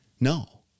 No